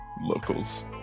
locals